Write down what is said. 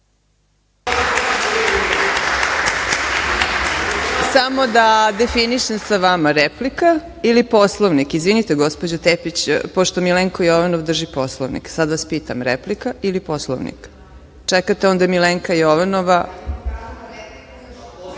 Samo da definišem sa vama, replika ili Poslovnik? Izvinite, gospođo Tepić, pošto Milenko Jovanov drži Poslovnik. Sada vas pitam replika ili Poslovnik? Čekate onda Milenka Jovanova.(Marinika